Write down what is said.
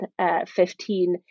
2015